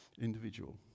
individual